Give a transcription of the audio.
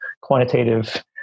quantitative